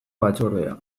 batzordea